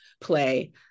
play